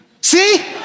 See